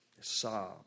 Sob